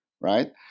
right